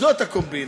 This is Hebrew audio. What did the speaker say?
זאת הקומבינה.